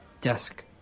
desk